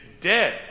dead